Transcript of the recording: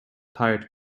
tired